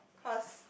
cause